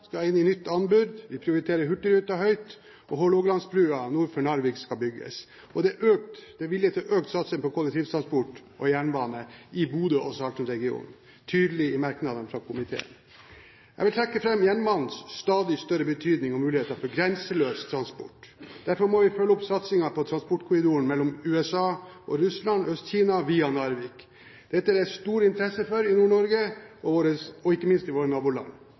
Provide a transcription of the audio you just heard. nytt anbud – vi prioriterer hurtigruta høyt Hålogalandsbrua nord for Narvik skal bygges vilje til økt satsing på kollektivtransport og jernbane i Bodø og Salten-regionen Det er tydelig i merknadene fra komiteen. Jeg vil trekke fram jernbanens stadig større betydning og muligheter for grenseløs transport. Derfor må vi følge opp satsingen på en transportkorridor mellom USA og Russland/Øst-Kina via Narvik. Dette er det stor interesse for i Nord-Norge og ikke minst i våre